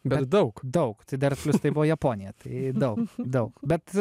bet daug daug tai dar plius tai buvo japonija tai daug daug bet